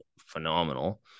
phenomenal